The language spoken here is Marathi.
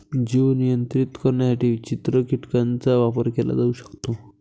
जीव नियंत्रित करण्यासाठी चित्र कीटकांचा वापर केला जाऊ शकतो